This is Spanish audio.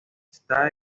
está